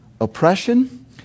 oppression